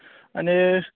मानि